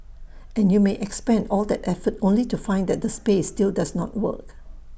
and you may expend all that effort only to find that the space still does not work